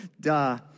Duh